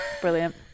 Brilliant